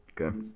Okay